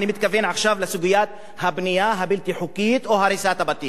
אני מתכוון עכשיו לסוגיית הבנייה הבלתי-חוקית או הריסת הבתים.